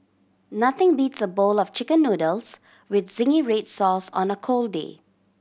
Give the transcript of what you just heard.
nothing beats a bowl of Chicken Noodles with zingy red sauce on a cold day